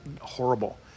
horrible